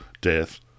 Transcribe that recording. death